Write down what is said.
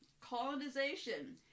colonization